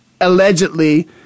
allegedly